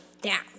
down